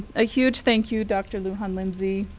a huge thank you, dr lujan-lindsey.